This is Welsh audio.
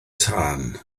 tân